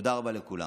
תודה רבה לכולם.